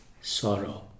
sorrow